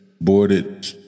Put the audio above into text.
boarded